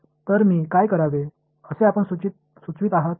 तर मी काय करावे असे आपण सुचवित आहात